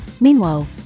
Meanwhile